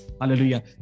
Hallelujah